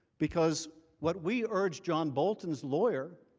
because what we urge john bolton's lawyer,